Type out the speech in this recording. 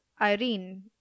Irene